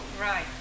Right